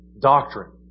doctrine